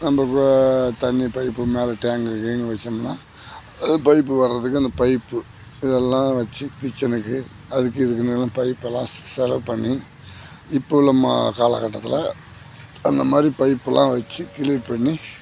நம்ப இப்போ தண்ணி பைப்பு மேல் டேங்க் கீங்கு வச்சோம்னால் பைப்பு வரத்துக்கு அந்த பைப்பு இதெல்லாம் வச்சு கிச்சனுக்கு அதுக்கு இதுக்குன்னு எல்லாம் பைப்பெல்லாம் செலவு பண்ணி இப்போ உள்ள மா காலகட்டத்தில் அந்த மாதிரி பைப்பெலாம் வச்சு க்ளியர் பண்ணி